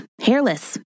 hairless